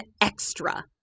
extra